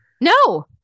No